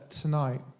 tonight